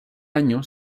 año